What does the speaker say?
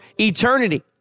eternity